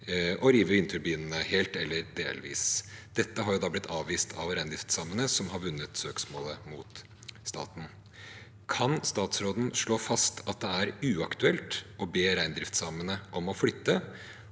å rive vindturbinene helt eller delvis. Dette har blitt avvist av reindriftssamene som har vunnet søksmålet mot staten. Kan statsråden slå fast at det er uaktuelt å be reindriftssamene om å flytte,